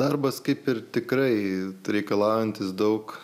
darbas kaip ir tikrai reikalaujantis daug